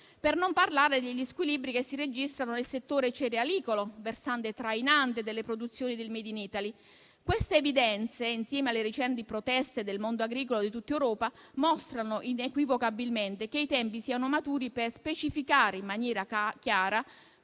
Per non parlare degli squilibri che si registrano nel settore cerealicolo, versante trainante delle produzioni del *made in Italy*. Queste evidenze, insieme alle recenti proteste del mondo agricolo di tutta Europa, mostrano inequivocabilmente che i tempi sono maturi per specificare in maniera chiara